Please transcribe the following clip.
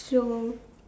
so